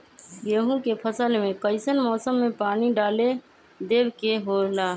गेहूं के फसल में कइसन मौसम में पानी डालें देबे के होला?